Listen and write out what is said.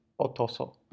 otoso